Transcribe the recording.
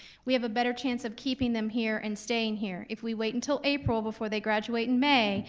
we have a better chance of keeping them here and staying here. if we wait until april before they graduate in may,